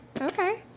Okay